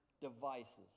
devices